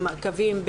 במעקבים,